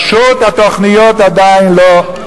פשוט, התוכניות עדיין לא,